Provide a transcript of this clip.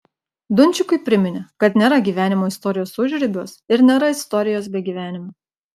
dunčikui priminė kad nėra gyvenimo istorijos užribiuos ir nėra istorijos be gyvenimo